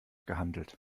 gehandelt